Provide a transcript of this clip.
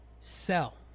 sell